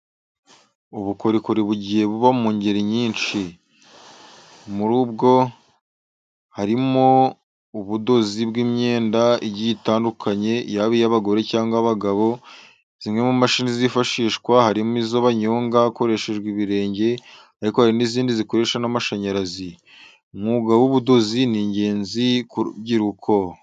Ubukorikori bugiye buba mu ngeri nyinshi, muri bwo harimo ubudozi bw'imyenda igiye itandukanye yaba iy'abagore cyangwa abagabo. Zimwe mu mashini zifashishwa harimo izo banyonga bakoresheje ibirenge ariko hari n'izindi zikoreshwa n'amashanyarazi. Umwuga w'ubudozi ni ingenzi ku rubyiruko.